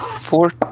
Four